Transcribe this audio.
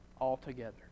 altogether